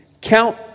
count